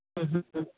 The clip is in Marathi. हं हं हं